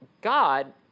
God